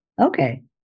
Okay